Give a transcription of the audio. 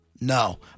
No